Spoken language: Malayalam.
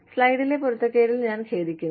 സ്ലൈഡിലെ പൊരുത്തക്കേടിൽ ഞാൻ ഖേദിക്കുന്നു